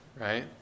right